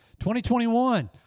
2021